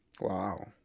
Wow